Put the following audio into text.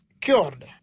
cured